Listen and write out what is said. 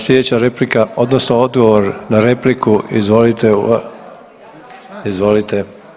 Slijedeća replika odnosno odgovor na repliku, izvolite, izvolite.